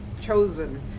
chosen